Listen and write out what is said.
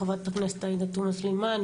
חה"כ עאידה תומא סלימן,